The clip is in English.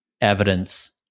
evidence